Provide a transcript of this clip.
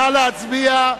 נא להצביע.